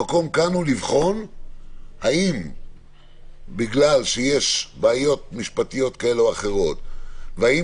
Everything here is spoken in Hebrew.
המקום כאן הוא לבחון האם בגלל שיש בעיות משפטיות כאלה ואחרות והאם